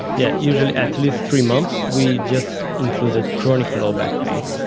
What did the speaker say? yeah usually at least three months. we just included chronic low back pain.